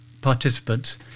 participants